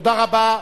תודה רבה.